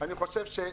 ואני מאוד מרוצה.